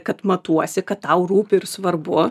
kad matuosi kad tau rūpi ir svarbu